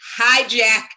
hijack